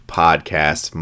podcast